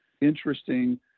interesting